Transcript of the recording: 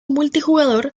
multijugador